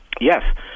Yes